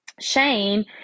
Shane